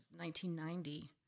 1990